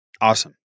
awesome